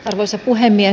arvoisa puhemies